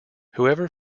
whoever